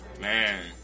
Man